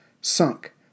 sunk